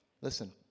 Listen